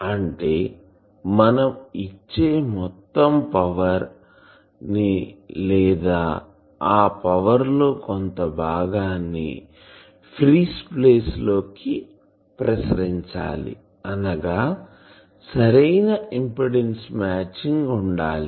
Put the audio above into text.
అంటే మనం ఇచ్చే మొత్తం పవర్ ని లేదా ఆ పవర్ లో కొంత భాగాన్ని ఫ్రీ స్పేస్ లోకి ప్రసరించగలగాలి అనగా సరైన ఇంపిడెన్సు మ్యాచింగ్ ఉండాలి